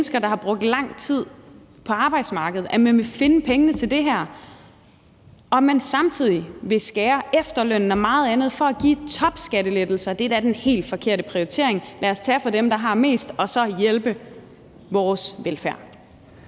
der har brugt lang tid på arbejdsmarkedet, at man vil finde pengene til det her, og at man samtidig vil skære ned på efterlønnen og meget andet for at give topskattelettelser. Det er da den helt forkerte prioritering. Lad os tage fra dem, der har mest, og så hjælpe vores velfærd.